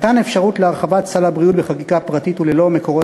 מתן אפשרות להרחבת סל הבריאות בחקיקה פרטית וללא מקורות